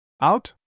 Out